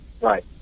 Right